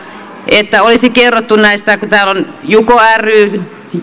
että olisi kerrottu näistä kun täällä on juko ryn